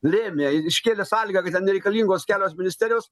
lėmė iškėlė sąlygą kad ten nereikalingos kelios ministerijos